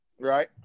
Right